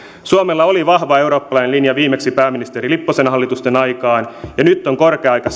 suomella oli vahva eurooppalainen linja viimeksi pääministeri lipposen hallitusten aikaan ja nyt on korkea aika